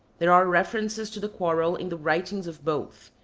there are references to the quarrel in the writings of both.